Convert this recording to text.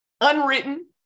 unwritten